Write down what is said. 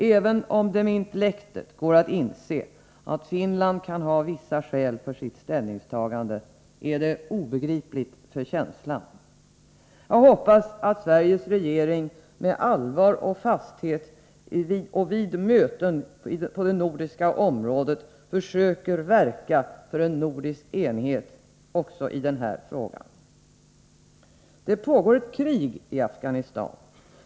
Även om det med intellektet går att inse att Finland kan ha vissa skäl för sitt ställningstagande är det obegripligt för känslan. Jag hoppas att Sveriges regering med allvar och fasthet vid möten på det nordiska området försöker verka för en nordisk enighet även i denna fråga. Det pågår ett krig i Afghanistan.